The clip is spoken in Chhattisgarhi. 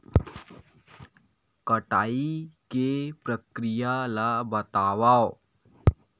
कटाई के प्रक्रिया ला बतावव?